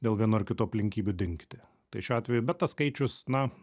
dėl vienų ar kitų aplinkybių dingti tai šiuo atveju bet tas skaičius na